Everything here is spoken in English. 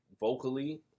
vocally